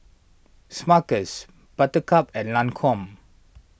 Smuckers Buttercup and Lancome